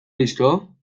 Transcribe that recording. visto